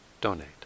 donate